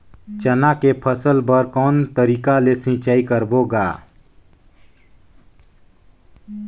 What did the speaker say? चना के फसल बर कोन तरीका ले सिंचाई करबो गा?